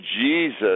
Jesus